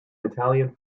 italian